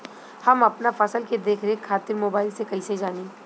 हम अपना फसल के देख रेख खातिर मोबाइल से कइसे जानी?